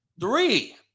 Three